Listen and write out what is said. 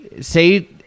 say